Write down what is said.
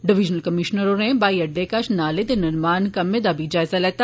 divisional commissioner होरें ब्हाई अड्डे कश नाले दे निर्माण कम्मै दा बी जायजा लैता